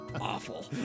awful